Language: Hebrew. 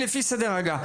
אמרתי: לפי סדר הגעה.